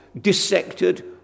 dissected